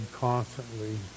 constantly